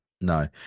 No